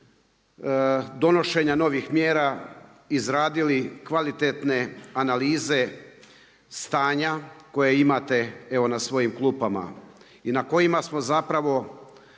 donošenja novih mjera izradili kvalitetne analize stanja koje imate evo na svojim klupama. I na kojima smo zapravo